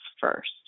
first